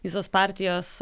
visos partijos